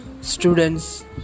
students